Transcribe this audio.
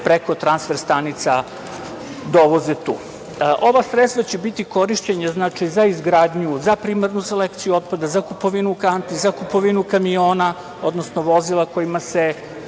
preko transfer stanica dovoze tu. Ova sredstva će biti korišćena za izgradnju, za primarnu selekciju otpada, za kupovinu kanti, za kupovinu kamiona, odnosno vozila kojima se